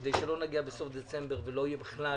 כדי שלא נגיע לסוף דצמבר ולא יהיה בכלל